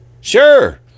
Sure